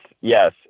yes